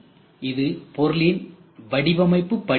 இது பொருளின் வடிவமைப்பு படியாகும்